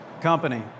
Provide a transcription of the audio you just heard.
company